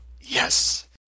Yes